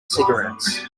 cigarettes